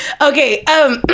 okay